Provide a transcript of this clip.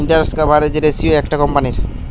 interest coverage ratio একটা কোম্পানীর